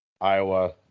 Iowa